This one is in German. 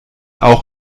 auch